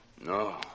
No